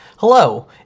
Hello